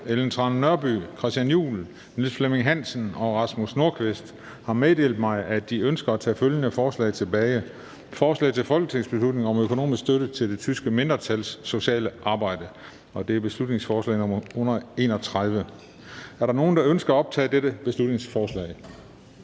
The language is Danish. Ellen Trane Nørby (V), Christian Juhl (EL), Niels Flemming Hansen (KF) og Rasmus Nordqvist (ALT) m.fl. har meddelt mig, at de ønsker at tage følgende forslag tilbage: Forslag til folketingsbeslutning om økonomisk støtte til det tyske mindretals sociale arbejde. (Beslutningsforslag nr. B 131). Er der nogen, der ønsker at optage dette beslutningsforslag?